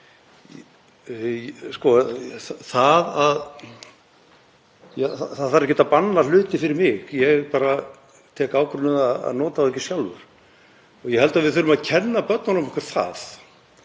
Það þarf ekkert að banna hluti fyrir mig, ég tek bara ákvörðun um að nota þá ekki sjálfur. Ég held að við þurfum að kenna börnunum okkar það.